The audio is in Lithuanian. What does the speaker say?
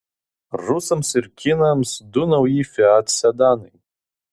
rusams ir kinams du nauji fiat sedanai